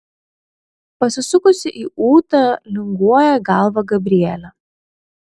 pasisukusi į ūtą linguoja galvą gabrielė